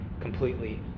completely